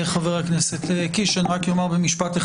מתונה תוקף אותם, לא מקבל את הכרעתם.